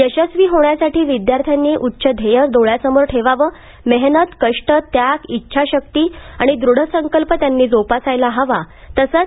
यशस्वी होण्यासाठी विद्यार्थ्यांनी उच्च ध्येय डोळ्यासमोर ठेवून मेहनत कष्ट त्याग इच्छाशक्ती आणि दृढ संकल्प जोपासायला हवा तसंच